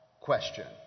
question